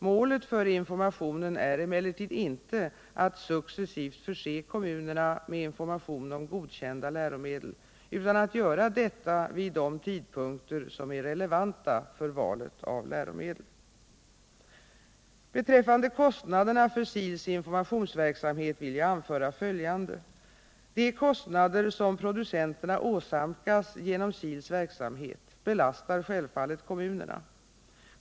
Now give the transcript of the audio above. Målet för informationen är emellertid inte att successivt förse kommunerna med information om godkända läromedel utan att göra detta vid de tidpunkter som är relevanta för valet av läromedel. Beträffande kostnaderna för SIL:s informationsverksamhet vill jag anföra följande. De kostnader som producenterna åsamkas genom SIL:s verksamhet belastar självfallet kommunerna.